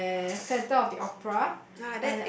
and Phantom-of-the-Opera